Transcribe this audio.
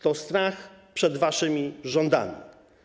To strach przed waszymi rządami.